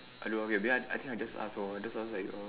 I don't know okay I think just ask lor just ask like err